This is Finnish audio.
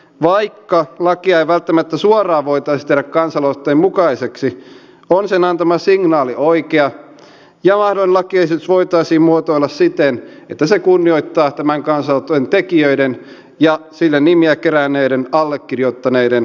vaikka lakia ei välttämättä suoraan voitaisi tehdä kansalaisaloitteen mukaiseksi on sen antama signaali oikea ja lakiesitys voitaisiin muotoilla siten että se kunnioittaa tämän kansalaisaloitteiden tekijöiden ja sille nimiä keränneiden allekirjoittaneiden tahtotilaa